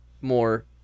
more